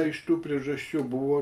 iš tų priežasčių buvo